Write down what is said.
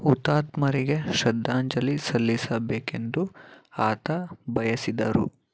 ಹುತಾತ್ಮರಿಗೆ ಶ್ರದ್ಧಾಂಜಲಿ ಸಲ್ಲಿಸಬೇಕೆಂದು ಆತ ಬಯಸಿದರು